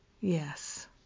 Yes